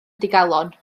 digalon